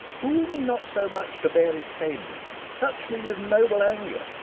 fool me not so much to bear it tamely touch me with noble anger,